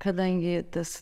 kadangi tas